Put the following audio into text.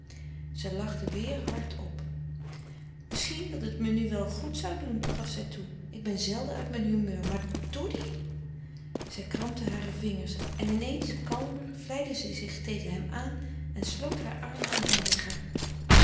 zij lachte weêr hard op misschien dat het me nu wel goed zoû doen gaf zij toe ik ben zelden uit mijn humeur maar doddy zij krampte hare vingers en in eens kalmer vlijde zij zich tegen hem aan en sloot haar armen om zijn lichaam